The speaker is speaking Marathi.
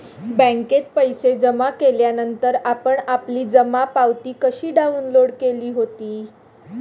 बँकेत पैसे जमा केल्यानंतर आपण आपली जमा पावती कशी डाउनलोड केली होती?